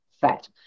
fat